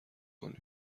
کنیم